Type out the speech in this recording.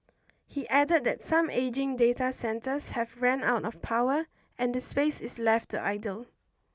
he added that some ageing data centres have ran out of power and the space is left to idle